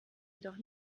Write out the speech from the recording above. jedoch